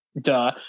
duh